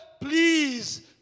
please